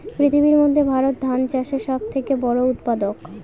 পৃথিবীর মধ্যে ভারত ধান চাষের সব থেকে বড়ো উৎপাদক